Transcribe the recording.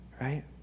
right